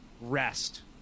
rest